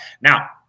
Now